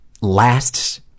lasts